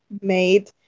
made